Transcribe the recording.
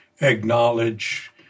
acknowledge